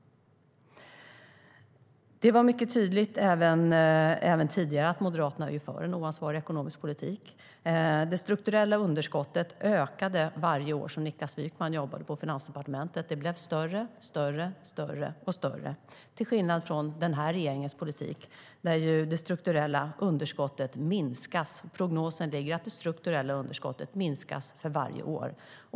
Det var även tidigare mycket tydligt att Moderaterna är för en oansvarig ekonomisk politik. Det strukturella underskottet ökade varje år Niklas Wykman jobbade på Finansdepartementet. Det blev större och större, till skillnad från den här regeringens politik där det strukturella underskottet minskas. Prognosen ger att det strukturella underskottet minskas för varje år.